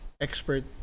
expert